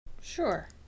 sure